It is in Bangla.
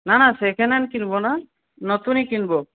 না না সেকেন্ড হ্যান্ড কিনব না নতুনই কিনব